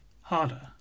harder